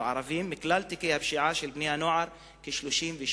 ערבים בכלל תיקי הפשיעה של בני-נוער כ-38%.